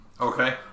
Okay